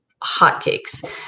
hotcakes